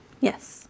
Yes